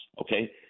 okay